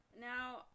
Now